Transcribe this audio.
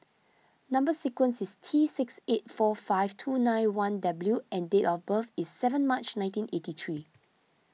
Number Sequence is T six eight four five two nine one W and date of birth is seven March nineteen eighty three